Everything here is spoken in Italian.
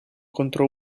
contro